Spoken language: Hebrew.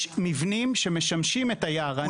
יש מבנים שמשמשים את היערנים.